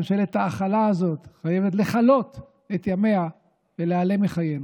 ממשלת ההכלה הזאת חייבת לכלות את ימיה ולהיעלם מחיינו.